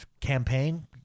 campaign